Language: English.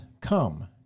come